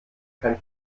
kein